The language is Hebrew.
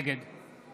נגד